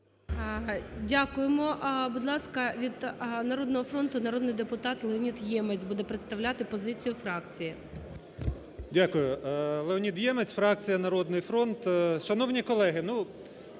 Дякуємо. Будь ласка, від "Народного фронту" народний депутат Леонід Ємець буде представляти позицію фракції. 11:41:37 ЄМЕЦЬ Л.О. Дякую. Фракція "Народний фронт". Шановні колеги,